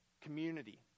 community